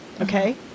Okay